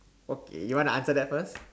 okay you want to answer that first